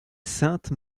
sainte